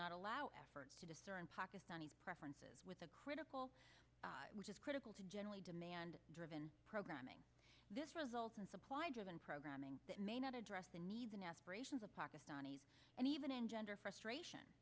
not allow effort to discern pakistani preferences with a critical which is critical to generally demand driven programming this results in supply driven programming that may not address the needs and aspirations of pakistanis and even engender frustration